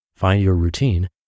findyourroutine